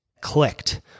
clicked